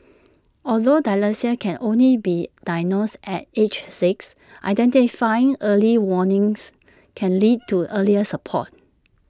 although dyslexia can only be diagnosed at age six identifying early warnings can lead to earlier support